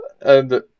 and-